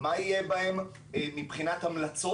מה יהיה בהן מבחינת המלצות.